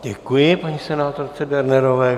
Děkuji paní senátorce Dernerové.